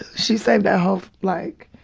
she saved our whole, like,